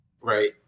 Right